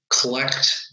collect